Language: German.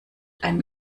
einen